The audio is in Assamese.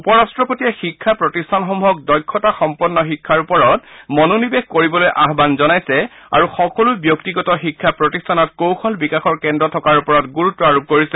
উপ ৰাট্টপতিয়ে শিক্ষা প্ৰতিষ্ঠানসমূহক দক্ষতা সম্পন্ন শিক্ষাৰ ওপৰত মনোনিৱেশ কৰিবলৈ আহান জনাইছে আৰু সকলো ব্যক্তিগত প্ৰতিষ্ঠানক কৌশল বিকাশৰ কেন্দ্ৰ থকাৰ ওপৰত গুৰুত্ আৰোপ কৰিছে